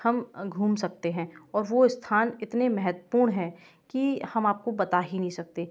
हम घूम सकते हैं और वो स्थान इतने मशस्तवपूर्ण हैं कि हम आप को बता ही नहीं सकते